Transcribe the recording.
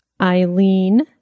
Eileen